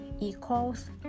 equals